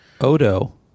Odo